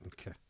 okay